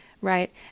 right